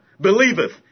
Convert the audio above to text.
believeth